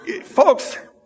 Folks